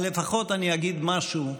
לפחות אני אגיד משהו,